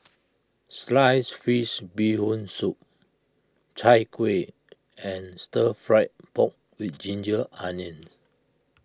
Sliced Fish Bee Hoon Soup Chai Kuih and Stir Fry Pork with Ginger Onions